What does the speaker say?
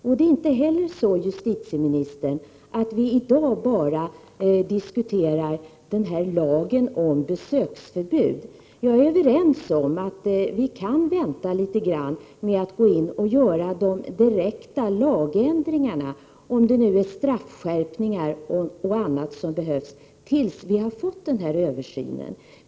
Inte heller är det så, justitieministern, att vi i dag bara diskuterar lagen om besöksförbud. Jag är överens med justitieministern om att vi kan vänta litet med att gå in och göra de direkta lagändringarna, om det nu är straffskärpningar och annat som behövs, tills denna översyn är klar.